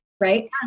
right